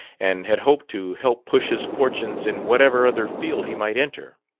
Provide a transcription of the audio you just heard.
and had hoped to help push his fortunes in whatever other field he might enter.